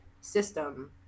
system